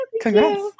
Congrats